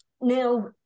now